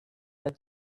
the